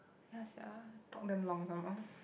ya sia talk damn long some more